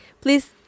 please